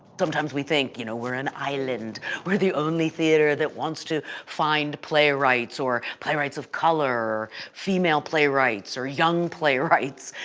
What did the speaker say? sometimes we think you know we're an island we're the only theater that wants to find playwrights or playwrights of color or female playwrights or young playwrights.